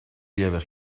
lleves